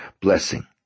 blessing